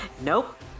Nope